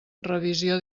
revisió